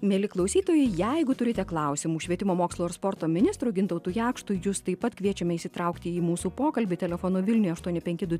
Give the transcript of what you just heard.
mieli klausytojai jeigu turite klausimų švietimo mokslo ir sporto ministru gintautu jakštu jus taip pat kviečiame įsitraukti į mūsų pokalbį telefonu vilniuje aštuoni penki du